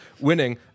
winning